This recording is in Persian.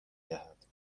دهد